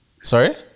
Sorry